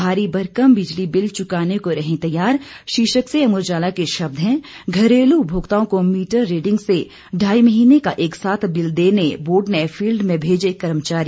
भारी भरकम बिजली बिल चुकाने को रहें तैयार शीर्षक से अमर उजाला के शब्द हैं घरेलू उपभोक्ताओं को मीटर रीडिंग से ढाई महीने का एक साथ बिल देने बोर्ड ने फिल्ड में भेजे कर्मचारी